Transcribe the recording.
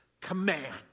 command